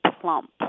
Plump